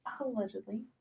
Allegedly